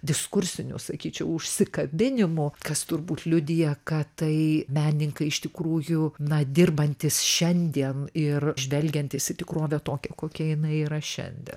diskursinių sakyčiau užsikabinimų kas turbūt liudija kad tai menininkai iš tikrųjų na dirbantys šiandien ir žvelgiantys į tikrovę tokią kokia jinai yra šiandien